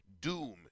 doom